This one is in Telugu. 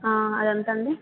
అదెంతండి